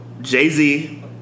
Jay-Z